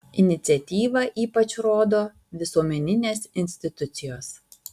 iniciatyvą ypač rodo visuomeninės institucijos